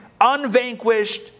unvanquished